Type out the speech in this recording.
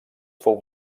fou